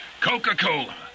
Coca-Cola